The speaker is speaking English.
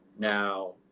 Now